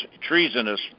treasonous